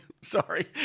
Sorry